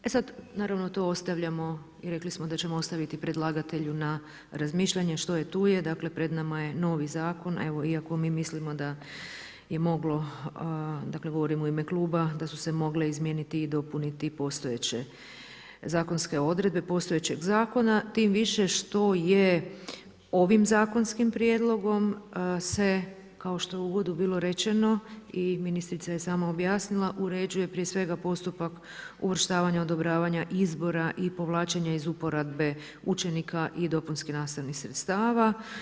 E sad, naravno, to ostavljamo, i rekli smo da ćemo ostaviti predlagatelju na razmišljanje, što je tu je, pred nama je novi zakon, evo iako mi mislimo da je moglo, dakle govorim u ima Kluba, da su se mogle izmijeniti i dopuniti postojeće zakonske odredbe, postojećeg zakona, tim više što je ovim zakonskim prijedlogom se, kao što je u uvodu bilo rečeno, i ministrica je sama objasnila, uređuje prije svega postupak uvrštavanja, odobravanja, izbora i povlačenja iz uporabe učenika i dopunskih nastavnih sredstava.